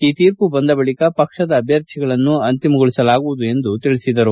ಈ ತೀರ್ಮ ಬಂದ ಬಳಿಕ ಪಕ್ಷದ ಅಧ್ಯರ್ಥಿಗಳನ್ನು ಅಂತಿಮಗೊಳಿಸಲಾಗುವುದು ಎಂದು ಹೇಳಿದರು